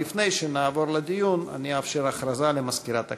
לפני שנעבור לדיון, אאפשר הודעה למזכירת הכנסת.